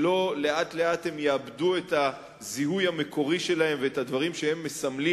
שלא לאט-לאט הם יאבדו את הזיהוי המקורי שלהם ואת הדברים שהם מסמלים,